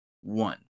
one